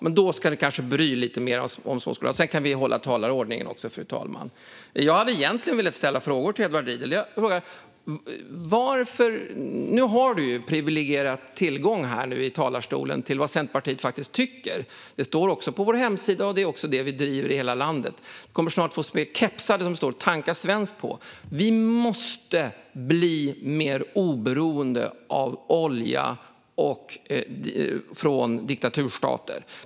Men då ska du kanske bry dig lite mer om dem. Sedan kan vi också hålla på talarordningen, fru talman. Jag hade egentligen velat ställa frågor till Edward Riedl. Nu har du privilegierad tillgång i talarstolen till vad Centerpartiet faktiskt tycker. Det står också på vår hemsida, och det är det vi driver i hela landet. Det kommer snart små kepsar där det står: Tanka svenskt! Vi måste bli mer oberoende av olja från diktaturstater.